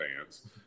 fans